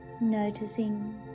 noticing